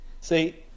See